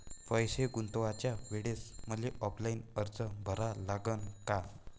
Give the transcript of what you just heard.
पैसे गुंतवाच्या वेळेसं मले ऑफलाईन अर्ज भरा लागन का?